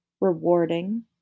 rewarding